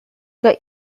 got